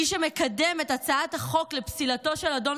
מי שמקדם את הצעת החוק לפסילתו של אדון